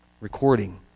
recording